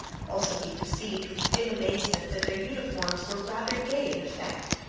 also he perceived with dim amazement that their uniforms were rather gay in effect,